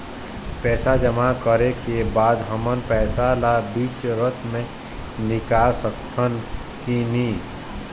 पैसा जमा करे के बाद हमन पैसा ला बीच जरूरत मे निकाल सकत हन की नहीं?